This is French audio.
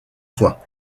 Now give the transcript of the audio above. fois